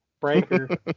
Breaker